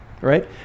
right